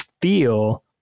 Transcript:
feel